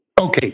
okay